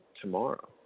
tomorrow